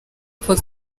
paul